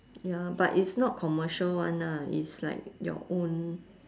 ya but it's not commercial one ah it's like your own